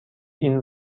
این